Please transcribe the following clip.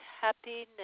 happiness